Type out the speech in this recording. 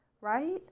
right